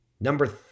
Number